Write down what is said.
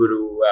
guru